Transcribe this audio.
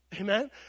amen